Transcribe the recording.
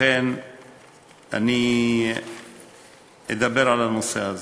ולכן אני אדבר על הנושא הזה.